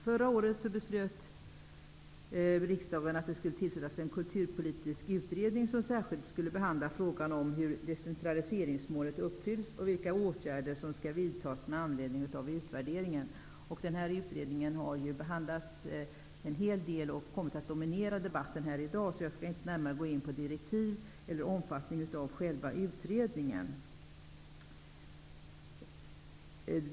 Förra året beslöt riksdagen att det skulle tillsättas en kulturpolitisk utredning som särskilt skulle behandla frågan om hur decentraliseringsmålet uppfyllts och vilka åtgärder som skall vidtas med anledning av utvärderingen. Denna utredning har avhandlats en hel del och kommit att dominera debatten här i dag. Jag skall inte närmare gå in på direktiven eller omfattningen av själva utredningen.